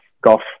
golf